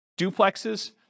duplexes